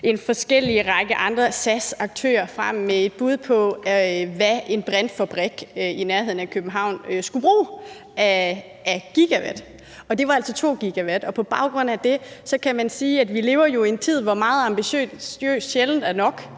forskellige andre aktører frem med et bud på, hvad en brintfabrik i nærheden af København skulle bruge af gigawatt; og det var altså 2 GW. På baggrund af det kan man sige, at vi jo lever i en tid, hvor det at være meget ambitiøs sjældent er nok